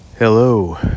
Hello